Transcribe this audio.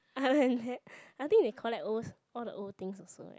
other than that I think we collect old all the old things also right